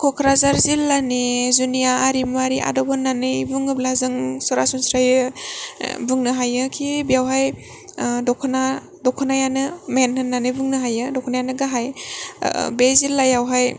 क'क्राझार जिल्लानि जुनिया आरिमुआरि आदब होन्नानै बुङोब्ला जों सरासनस्रायै बुंनो हायोखि बेवहाय दख'ना दख'नायानो मेन होन्नानै बुंनो हायो दख'नायानो गाहाय बे जिल्लायावहाय